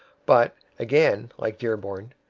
but, again like dearborn,